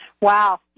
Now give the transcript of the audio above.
Wow